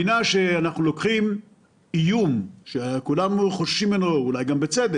ממה שאנחנו רואים בעולם אפשר לראות שיש